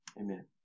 Amen